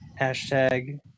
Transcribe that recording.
Hashtag